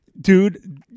Dude